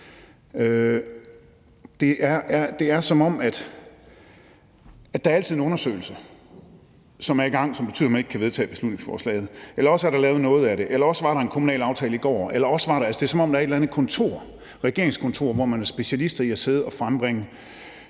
Det er, som om der altid er en undersøgelse, som er i gang, som betyder, at man ikke kan vedtage beslutningsforslaget, eller også er der lavet noget af det, eller også var der en kommunal aftale i går osv. Altså, det er, som om der er et eller andet kontor, regeringskontor, hvor man er specialister i at sidde og frembringe